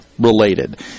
related